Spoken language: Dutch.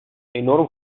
enorm